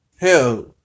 Hell